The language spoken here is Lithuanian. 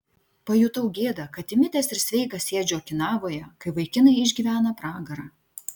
pajutau gėdą kad įmitęs ir sveikas sėdžiu okinavoje kai vaikinai išgyvena pragarą